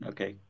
Okay